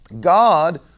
God